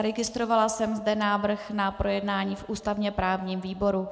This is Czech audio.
Zaregistrovala jsem zde návrh na projednání v ústavněprávním výboru.